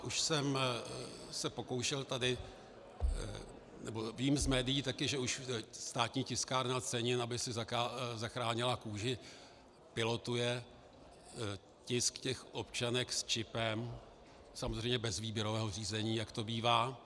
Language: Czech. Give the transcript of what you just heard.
Už jsem se pokoušel tady, nebo vím z médií taky, že už Státní tiskárna cenin, aby si zachránila kůži, pilotuje tisk těch občanek s čipem, samozřejmě bez výběrového řízení, jak to bývá.